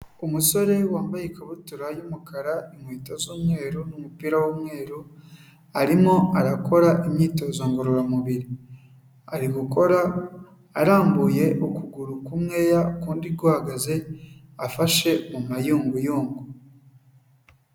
Umusore wambaye ikabutura y'umukara, inkweto z'umweru n'umupira w'umweru, arimo arakora imyitozo ngororamubiri. Ari gukora arambuye ukuguru kumwe ukundi guhagaze, afashe mu mayunguyungu.